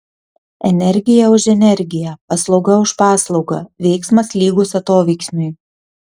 energija už energiją paslauga už paslaugą veiksmas lygus atoveiksmiui